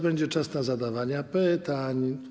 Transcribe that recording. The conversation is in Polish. Będzie czas na zdawanie pytań.